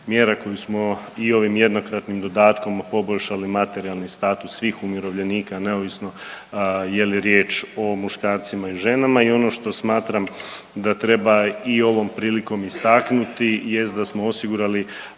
koje smo i ovim jednokratnim dodatkom poboljšali materijalni status svih umirovljenika neovisno je li riječ o muškarcima i ženama. I ono što smatram da treba i ovom prilikom istaknuti jest da smo osigurali